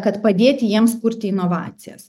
kad padėti jiems kurti inovacijas